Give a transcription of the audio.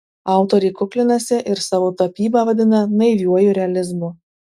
autorė kuklinasi ir savo tapybą vadina naiviuoju realizmu